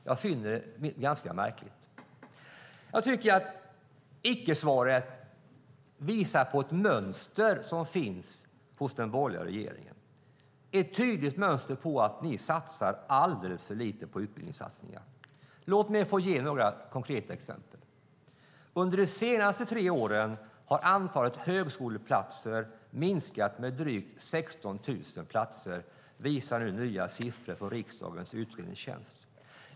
Jag finner det ganska märkligt. Icke-svaret visar på ett mönster som finns hos den borgerliga regeringen, ett tydligt mönster att man satsar alldeles för lite på utbildningar. Låt mig ge några konkreta exempel. Under de senaste tre åren har antalet högskoleplatser minskat med drygt 16 000, visar nya siffror från riksdagens utredningstjänst.